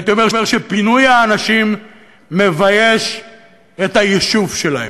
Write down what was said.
הייתי אומר שפינוי האנשים מבייש את היישוב שלהם.